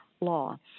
law